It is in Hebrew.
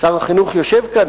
שר החינוך יושב כאן,